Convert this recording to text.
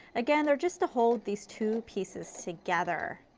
again they're just to hold these two pieces together.